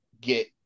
get